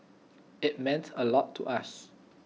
IT meant A lot to us